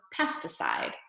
pesticide